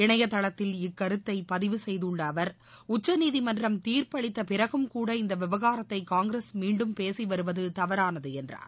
இணையதளத்தில் இக்கருத்தை பதிவு செய்துள்ள அவர் உச்சநீதிமன்றம் தீர்ப்பளித்த பிறகும் கூட இந்த விவகாரத்தை காங்கிரஸ் மீண்டும் பேசி வருவது தவறானது என்றார்